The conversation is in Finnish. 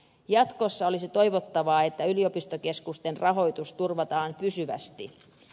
jatkossa olisi toivottavaa että yliopistokeskusten rahoitus turvataan pysyvästi